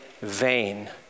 vain